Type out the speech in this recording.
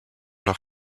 leur